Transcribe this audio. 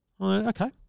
Okay